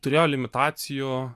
turėjo limitacijų